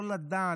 לא לדל,